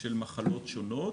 של מחלות שונות